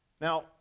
Now